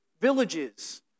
villages